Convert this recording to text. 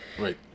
right